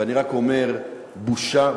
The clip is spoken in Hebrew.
ואני רק אומר: בושה,